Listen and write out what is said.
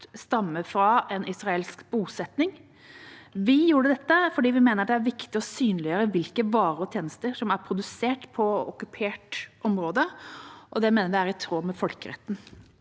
stammer fra en israelsk bosetting. Vi gjorde dette fordi vi mener det er viktig å synliggjøre hvilke varer og tjenester som er produsert på okkupert område, og det mener vi er i tråd med folkeretten.